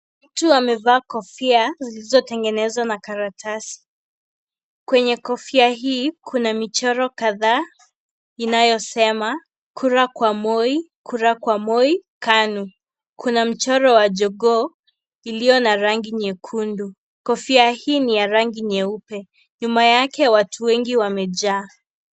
Mtu amevaa kofia zilizotengenezwa na karatasi, kwenye kofia hii kuna michoro kadhaa inayosema kura kwa Moi, kura kwa Moi, KANU. Kuna mchoro wa jogoo iliyo na rangi nyekundu, kofia hii ni ya rangi nyeupe, nyuma yake watu wengi wamejaa.